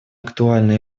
актуально